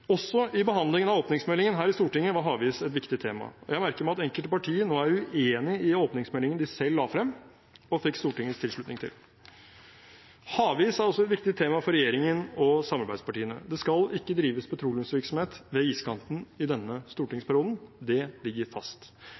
Også i behandlingen av åpningsmeldingen her i Stortinget var havis et viktig tema. Jeg merker meg at enkelte partier nå er uenig i åpningsmeldingen de selv la frem og fikk Stortingets tilslutning til. Havis er også et viktig tema for regjeringen og samarbeidspartiene. Det skal ikke drives petroleumsvirksomhet ved iskanten i denne stortingsperioden. Det ligger fast.